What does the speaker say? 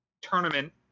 tournament